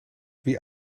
wie